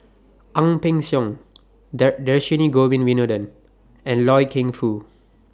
Ang Peng Siong Dhershini Govin Winodan and Loy Keng Foo